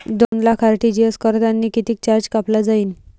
दोन लाख आर.टी.जी.एस करतांनी कितीक चार्ज कापला जाईन?